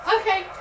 Okay